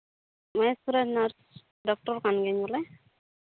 ᱦᱮᱸ nurse doctor ᱠᱟᱱ ᱜᱤᱭᱟᱹᱧ ᱵᱚᱞᱮ